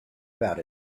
about